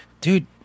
dude